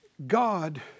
God